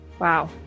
Wow